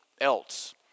else